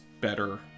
better